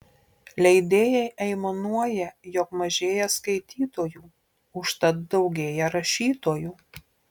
leidėjai aimanuoja jog mažėja skaitytojų užtat daugėja rašytojų